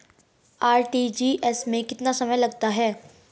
RTGS में कितना समय लगता है?